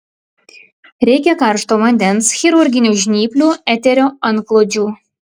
reikia karšto vandens chirurginių žnyplių eterio antklodžių